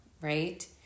right